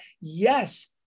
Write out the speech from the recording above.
Yes